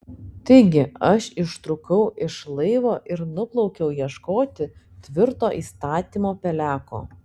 taigi aš ištrūkau iš laivo ir nuplaukiau ieškoti tvirto įstatymo peleko